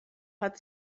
hat